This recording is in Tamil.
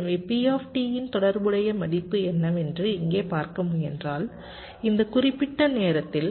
எனவே P இன் தொடர்புடைய மதிப்பு என்னவென்று இங்கே பார்க்க முயன்றால் இந்த குறிப்பிட்ட நேரத்தில்